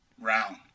round